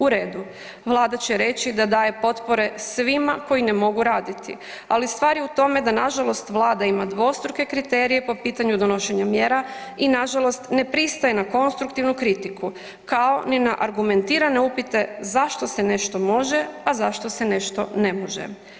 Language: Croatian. U redu, Vlada će reći da daje potpore svima koji ne mogu raditi, ali stvar je u tome da nažalost Vlada ima dvostruke kriterije po pitanju donošenja mjera i nažalost ne pristaje na konstruktivnu kritiku, kao ni na argumentirane upite zašto se nešto može, a zašto se nešto ne može.